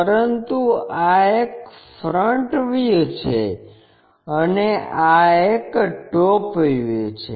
પરંતુ આ એક ફ્રન્ટ વ્યૂ છે અને આ એક ટોપ વ્યુ છે